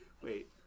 Wait